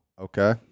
Okay